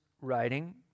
writing